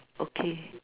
okay